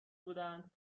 بودند